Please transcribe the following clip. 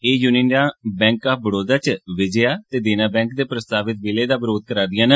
एह युनियनां bank of Baroda च विजया ते देना बैंक दे प्रस्तावित विलय दा बरोध करा'रदिआं न